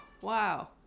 wow